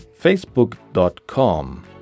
facebook.com